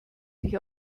sich